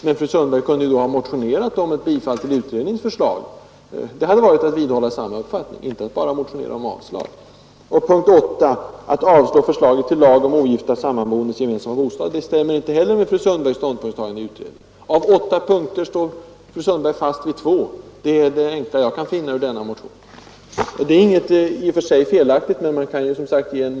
Men fru Sundberg kunde ju då ha motionerat om ett bifall till utredningens förslag — det hade varit att vidhålla samma uppfattning — och inte bara motionera om avslag. Punkt 8, om avslag på förslaget till lag om ogifta sammanboendes gemensamma bostad, stämmer inte med fru Sundbergs ståndpunktstagande i utredningen. + i É Å . Onsdagen den Att ändra uppfattning är ingenting som i och för sig är felaktigt, men 30 maj 1973 man kan ju som sagt ge en motivering för det. Av åtta punkter står fru Sundberg fast vid två.